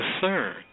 discern